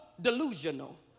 delusional